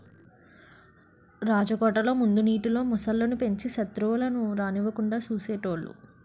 రాజకోటల ముందు నీటిలో మొసళ్ళు ను పెంచి సెత్రువులను రానివ్వకుండా చూసేటోలు